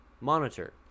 monitor